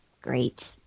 Great